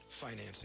financing